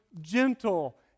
gentle